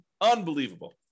Unbelievable